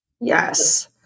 Yes